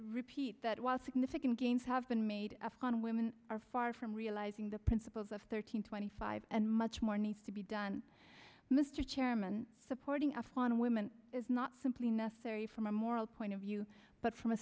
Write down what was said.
repeat that was significant gains have been made afghan women are far from realizing the principles of thirteen twenty five and much more needs to be done mr chairman supporting afghan women is not simply necessary from a moral point of view but from a